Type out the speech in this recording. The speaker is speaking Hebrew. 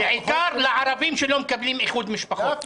בעיקר לערבים שלא מקבלים איחוד משפחות.